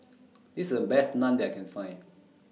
This IS The Best Naan that I Can Find